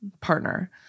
partner